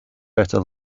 better